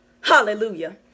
hallelujah